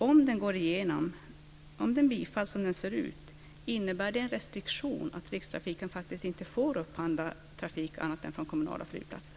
Om den går igenom, om den bifalls som den ser ut, undrar jag om det innebär en restriktion, att Rikstrafiken faktiskt inte får upphandla trafik annat än när det gäller kommunala flygplatser.